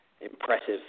impressive